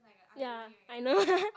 ya I know